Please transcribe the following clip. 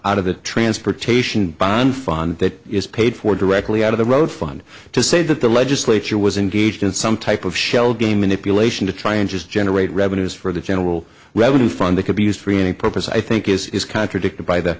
out of the transportation bond fund that is paid for directly out of the road fund to say that the legislature was engaged in some type of shell game manipulation to try and just generate revenues for the general revenue from they could be used for any purpose i think is contradicted by the